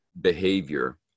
behavior